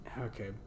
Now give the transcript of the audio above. Okay